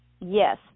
Yes